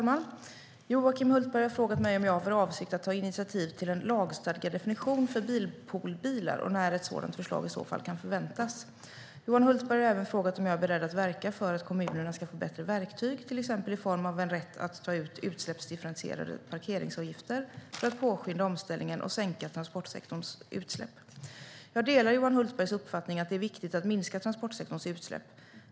Herr talman! Johan Hultberg har frågat mig om jag har för avsikt att ta initiativ till en lagstadgad definition för bilpoolbilar och när ett sådant förslag i så fall kan förväntas. Johan Hultberg har även frågat om jag är beredd att verka för att kommunerna ska få bättre verktyg, till exempel i form av en rätt att ta ut utsläppsdifferentierade parkeringsavgifter, för att påskynda omställningen och sänka transportsektorns utsläpp. Jag delar Johan Hultbergs uppfattning att det är viktigt att minska transportsektorns utsläpp.